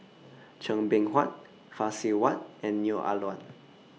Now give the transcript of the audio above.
Chua Beng Huat Phay Seng Whatt and Neo Ah Luan